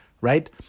right